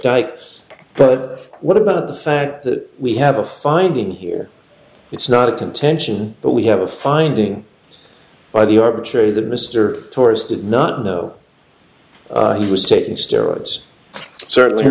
types but what about the fact that we have a finding here it's not a contention but we have a finding by the arbitrary that mr tourist did not know he was taking steroids certainly